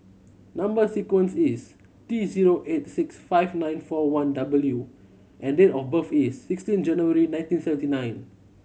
number sequence is T zero eight six five nine four one W and date of birth is sixteen January nineteen seventy nine